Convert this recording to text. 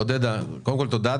עודדה, קודם כל, תודה.